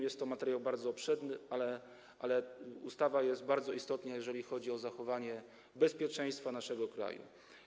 Jest to materiał bardzo obszerny, ale ustawa jest bardzo istotna, jeżeli chodzi o zachowanie bezpieczeństwa naszego kraju.